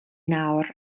nawr